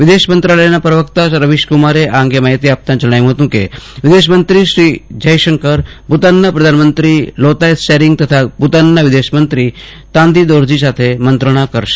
વિદેશમત્રાલયનાં પ્રવકતા રવિશકુમારે આ અંગે માહિતી આપતા જણાવ્યું હતું કે વિદેશમંત્રી શ્રી જયશંકર ભૂતાનનાં પ્રધાનમંત્રી લોતાય સેરિંગ તથા ભૂતાના વિદેશ મંત્રી તાંદી હોરજી સાથે મંત્રણા કરશે